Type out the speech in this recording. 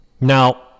Now